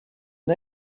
are